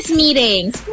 meetings